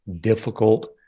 difficult